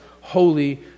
holy